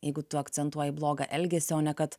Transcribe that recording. jeigu tu akcentuoji blogą elgesį o ne kad